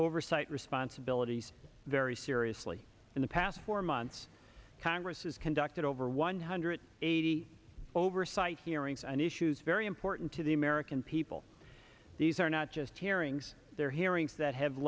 oversight responsibilities very seriously in the past four months congress has conducted over one hundred eighty oversight hearings and issues very important to the american people these are not just hearings they're hearings that have